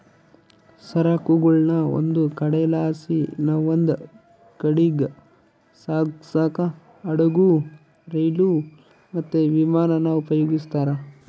ಸರಕುಗುಳ್ನ ಒಂದು ಕಡೆಲಾಸಿ ಇನವಂದ್ ಕಡೀಗ್ ಸಾಗ್ಸಾಕ ಹಡುಗು, ರೈಲು, ಮತ್ತೆ ವಿಮಾನಾನ ಉಪಯೋಗಿಸ್ತಾರ